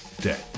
dead